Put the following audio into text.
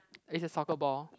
is a soccer ball